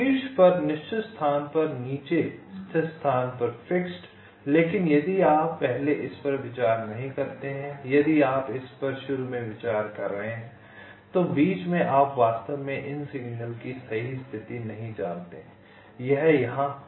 शीर्ष पर निश्चित स्थान पर नीचे स्थित स्थान पर फिक्स्ड लेकिन यदि आप पहले इस पर विचार नहीं करते हैं यदि आप इस पर शुरू में विचार कर रहे हैं तो बीच में आप वास्तव में इन सिग्नल की सही स्थिति नहीं जानते हैं यह यहाँ हो सकता है